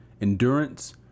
endurance